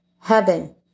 Heaven